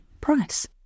price